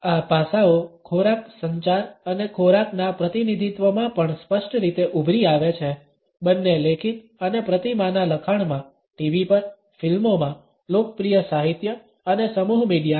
આ પાસાઓ ખોરાક સંચાર અને ખોરાકના પ્રતિનિધિત્વમાં પણ સ્પષ્ટ રીતે ઉભરી આવે છે બંને લેખિત અને પ્રતિમાના લખાણમાં ટીવી પર ફિલ્મોમાં લોકપ્રિય સાહિત્ય અને સમૂહ મીડિયામાં